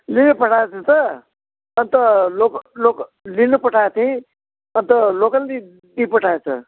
लिनु पठाएको थिएँ त अन्त लोक् लोक् लिनु पठाएको थिएँ अन्त लोकल नै दिइपठाएछ